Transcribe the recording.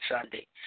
Sunday